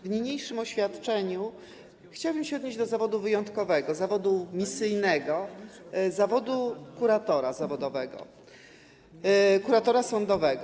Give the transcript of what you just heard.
W niniejszym oświadczeniu chciałabym się odnieść do zawodu wyjątkowego, zawodu misyjnego, zawodu kuratora zawodowego, kuratora sądowego.